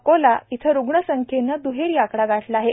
अकोला इथं रुग्ण संख्येने दुहेरी आकडा गाठला आहे